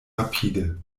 rapide